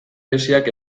bereziak